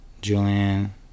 Julian